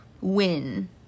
win